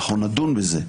אנחנו נדון בזה.